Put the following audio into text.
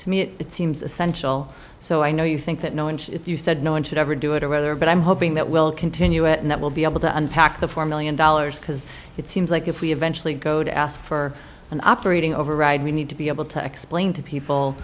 to me it seems essential so i know you think that no and you said no one should ever do it or whether but i'm hoping that will continue and that will be able to unpack the four million dollars because it seems like if we eventually go to ask for an operating override we need to be able to explain to people